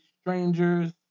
strangers